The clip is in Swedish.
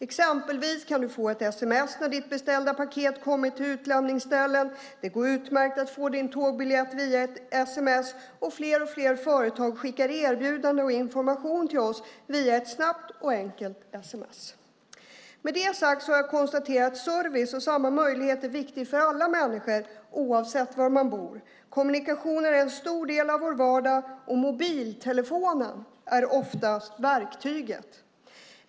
Exempelvis kan då få ett sms när ditt beställda paket kommit till utlämningsstället, det går utmärkt att få din tågbiljett via ett sms och fler och fler företag skickar erbjudanden och information till oss via ett snabbt och enkelt sms. Med det sagt har jag konstaterat att service och samma möjlighet är viktigt för alla människor oavsett var man bor. Kommunikation är en stor del av vår vardag, och mobiltelefonen är oftast verktyget.